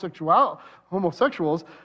homosexuals